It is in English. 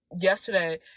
yesterday